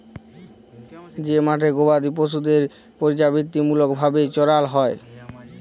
যে মাঠে গবাদি পশুদের পর্যাবৃত্তিমূলক ভাবে চরাল হ্যয়